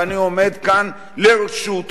ואני עומד כאן לרשותך,